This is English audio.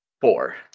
four